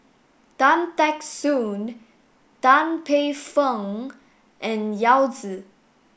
Tan Teck Soon Tan Paey Fern and Yao Zi